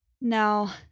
Now